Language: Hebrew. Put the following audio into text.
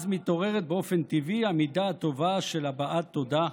אז מתעוררת באופן טבעי המידה הטובה של הבעת תודה.